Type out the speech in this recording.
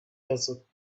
desert